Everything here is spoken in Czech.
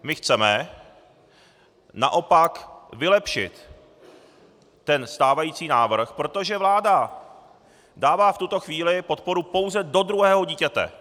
My chceme naopak vylepšit ten stávající návrh, protože vláda dává v tuto chvíli podporu pouze do druhého dítěte.